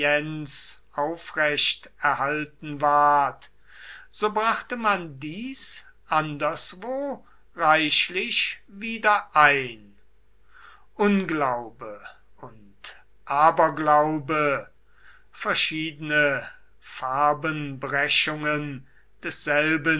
aufrecht erhalten ward so brachte man dies anderswo reichlich wieder ein unglaube und aberglaube verschiedene farbenbrechungen desselben